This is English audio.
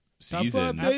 season